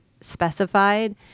specified